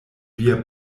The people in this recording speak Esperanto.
via